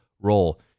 role